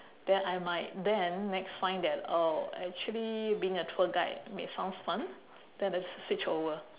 then I might then next find that oh actually being a tour guide may sounds fun then let's switch over